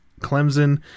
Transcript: Clemson